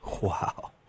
Wow